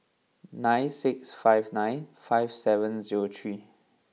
nine six five nine five seven zero three